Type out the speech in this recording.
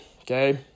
okay